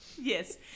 Yes